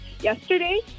yesterday